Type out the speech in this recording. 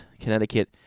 Connecticut